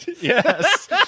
Yes